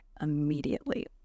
immediately